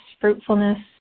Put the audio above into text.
fruitfulness